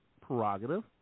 prerogative